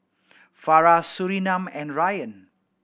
Farah Surinam and Ryan